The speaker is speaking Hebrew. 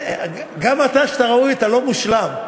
גם אתה, שאתה ראוי, אתה לא מושלם.